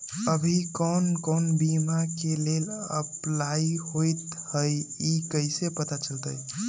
अभी कौन कौन बीमा के लेल अपलाइ होईत हई ई कईसे पता चलतई?